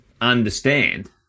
understand